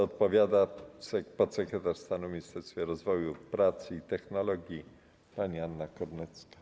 Odpowiada podsekretarz stanu w Ministerstwie Rozwoju, Pracy i Technologii pani Anna Kornecka.